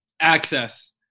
Access